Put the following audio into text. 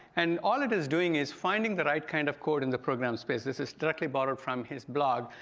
and all it is doing is finding the right kind of code in the program space. this is directly borrowed from his blog,